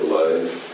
life